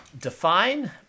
define